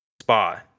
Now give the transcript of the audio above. Spa